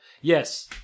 yes